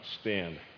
stand